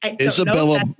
Isabella